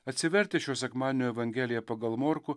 atsivertę šio sekmadienio evangeliją pagal morkų